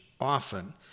often